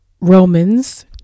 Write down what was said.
Romans